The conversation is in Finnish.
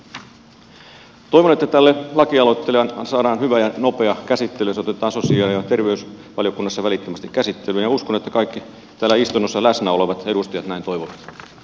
toivon että tälle lakialoitteelle saadaan hyvä ja nopea käsittely se otetaan sosiaali ja terveysvaliokunnassa välittömästi käsittelyyn ja uskon että kaikki eteläisen osan läsnäolo edusti aitoa